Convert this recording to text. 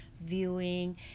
viewing